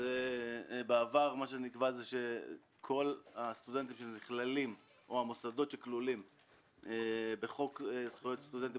מה שנקבע בעבר כולל את כל הסטודנטים ואת המוסדות בחוק זכויות סטודנטים